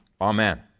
Amen